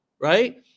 right